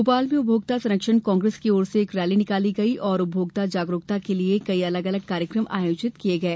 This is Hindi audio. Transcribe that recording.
भोपाल में उपभोक्ता संरक्षण कांग्रेस की ओर से एक रैली निकाली गई और उपभोक्ता जागरूकता के लिये कई अलग अलग कार्यक्रम आयोजित किये गये